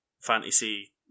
fantasy